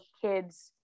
kids